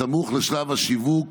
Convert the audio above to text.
בסמוך לשלב השיווק